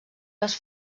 les